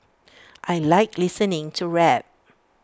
I Like listening to rap